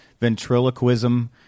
ventriloquism